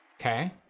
Okay